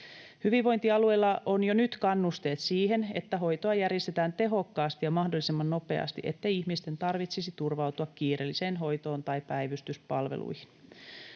Hyvinvointialueilla on jo nyt kannusteet siihen, että hoitoa järjestetään tehokkaasti ja mahdollisimman nopeasti, ettei ihmisten tarvitsisi turvautua kiireelliseen hoitoon tai päivystyspalveluihin.